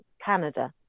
Canada